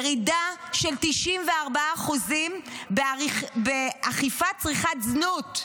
ירידה של 94% באכיפת צריכת זנות,